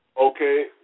Okay